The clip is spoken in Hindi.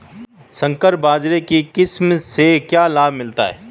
संकर बाजरा की किस्म से क्या लाभ मिलता है?